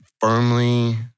firmly